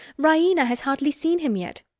raina has hardly seen him yet.